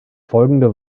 folgende